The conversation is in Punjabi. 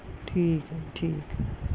ਠੀਕ ਹੈ ਠੀਕ ਹੈ